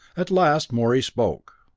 at last morey spoke.